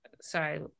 sorry